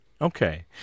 Okay